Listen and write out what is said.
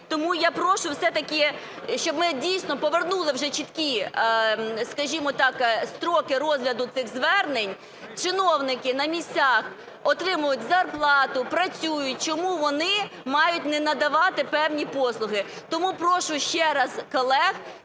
Тому я прошу все-таки, щоб ми дійсно повернули вже чіткі, скажімо так, строки розгляду цих звернень. Чиновники на місцях отримують зарплату, працюють, чому вони мають не надавати певні послуги? Тому прошу ще раз колег